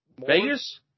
Vegas